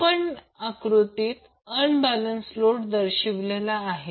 आपण आकृतीत unbalance load दर्शविलेला आहे